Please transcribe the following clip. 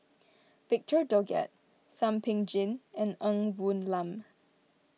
Victor Doggett Thum Ping Tjin and Ng Woon Lam